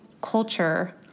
culture